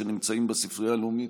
שנמצאים בספרייה הלאומית,